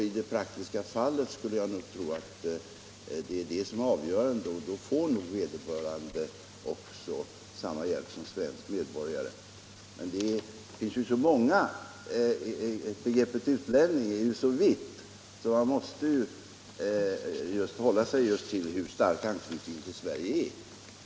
I det praktiska fallet skulle jag tro att detta är avgörande och att vederbörande får samma hjälp som svenska medborgare. Begreppet utlänning är ju så vitt, att man måste hålla sig just till hur stark anknytningen till Sverige är.